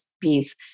piece